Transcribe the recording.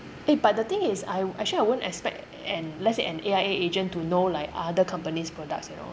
eh but the thing is I actually I won't expect an let's say an A_I_A agent to know like other companies' products you know